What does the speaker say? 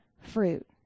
fruit